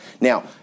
Now